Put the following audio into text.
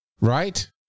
Right